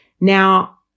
Now